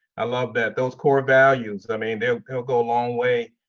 i love that. those core values and i mean they'll they'll go a long way